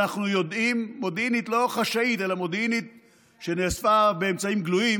מודיעינית לא חשאית, אלא שנאספה באמצעים גלויים